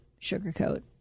sugarcoat